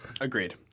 Agreed